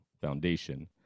foundation